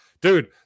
Dude